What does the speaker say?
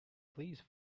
please